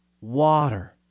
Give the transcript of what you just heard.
water